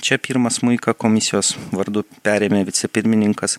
čia pirmas smuiką komisijos vardu perėmė vicepirmininkas